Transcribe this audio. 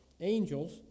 angels